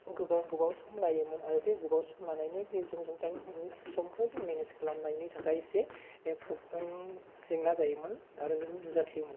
गोबाव गोबाव सम लायोमोन आरो बे गोबाव सम लानायनि गेजेरजों टाइम समखौ जों मानेज खालामनायनि थाखाय एसे फ्रब्लेम जेंना जायोमोन आरो नुजाथियो मोन